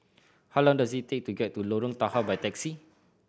how long does it take to get to Lorong Tahar by taxi